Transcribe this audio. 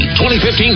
2015